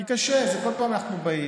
כי קשה, בכל פעם אנחנו באים,